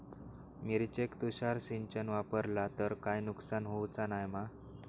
मिरचेक तुषार सिंचन वापरला तर काय नुकसान होऊचा नाय मा?